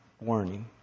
Warning